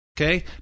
Okay